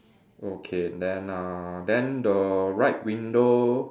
okay then uh then the right window